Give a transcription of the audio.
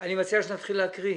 אני מציע שנתחיל להקריא.